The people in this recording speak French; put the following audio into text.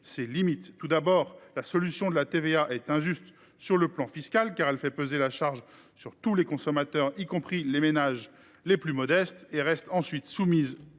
Tout d’abord, la solution du recours à la TVA est injuste sur le plan fiscal, car elle fait peser la charge sur tous les consommateurs, y compris les ménages les plus modestes. Ensuite, elle reste soumise aux